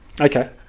Okay